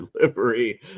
delivery